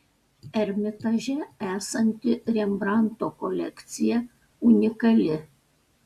ermitaže esanti rembrandto kolekcija unikali